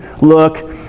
look